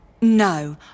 No